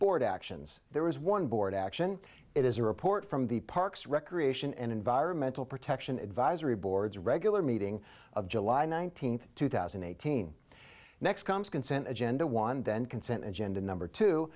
board actions there is one board action it is a report from the parks recreation and environmental protection advisory boards regular meeting of july nineteenth two thousand and eighteen next comes consent agenda one then consent agenda number two